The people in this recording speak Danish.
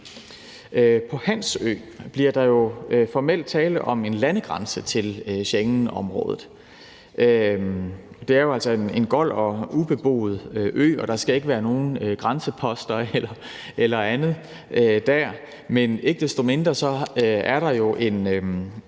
På Hans Ø bliver der jo formelt tale om en landegrænse til Schengenområdet. Det er jo altså en gold og ubeboet ø, og der skal heller ikke være nogen grænseposter eller andet. Men ikke desto mindre er der jo en